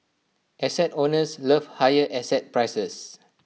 asset owners love higher asset prices